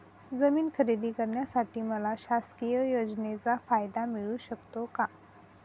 जमीन खरेदी करण्यासाठी मला शासकीय योजनेचा फायदा मिळू शकतो का?